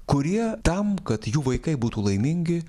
kurie tam kad jų vaikai būtų laimingi